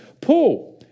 Paul